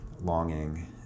longing